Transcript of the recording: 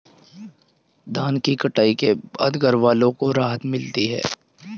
धान की कटाई के बाद घरवालों को राहत मिलती है